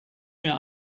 mehr